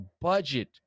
budget